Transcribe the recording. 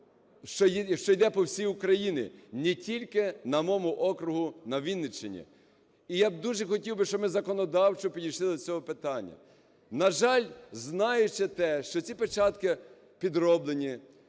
що йде по всій Україні, не тільки на моєму округу на Вінниччині. І я дуже хотів би, щоб ми законодавчо підійшли до цього питання. На жаль, знаючи те, що ці печатки підроблені,